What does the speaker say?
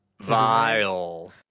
Vile